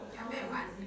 you want me want